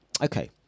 Okay